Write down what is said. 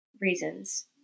reasons